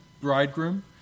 bridegroom